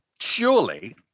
surely